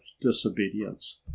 disobedience